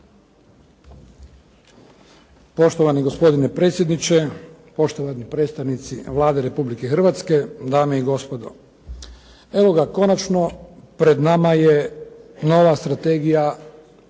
Poštovani gospodine predsjedniče, poštovani predstavnici Vlade Republike Hrvatske, dame i gospodo. Evo ga konačno pred nama je nova Strategije